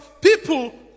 people